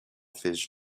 fizz